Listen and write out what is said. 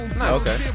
Okay